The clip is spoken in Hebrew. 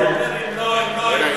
שר האוצר,